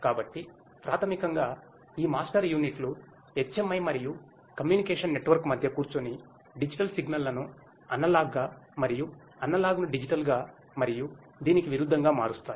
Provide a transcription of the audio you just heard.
కాబట్టి ప్రాథమికంగా ఈ మాస్టర్ యూనిట్లు HMI మరియు కమ్యూనికేషన్ నెట్వర్క్ మధ్య కూర్చుని డిజిటల్ సిగ్నల్లను అనలాగ్గా మరియు అనలాగ్ను డిజిటల్గా మరియు దీనికి విరుద్ధంగా మారుస్తాయి